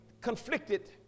conflicted